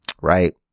Right